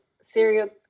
serial